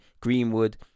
Greenwood